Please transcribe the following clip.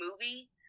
movie